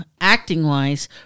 acting-wise